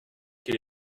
quel